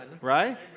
Right